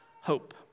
hope